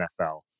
NFL